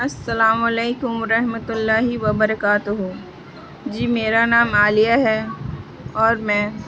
السلام علیکم و رحمتہ اللہ وبرکاتہ جی میرا نام عالیہ ہے اور میں